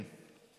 כן.